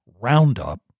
Roundup